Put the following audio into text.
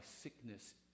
sickness